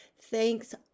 Thanks